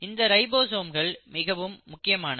இந்த ரைபோசோம்கள் மிகவும் முக்கியமானது